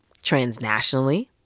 transnationally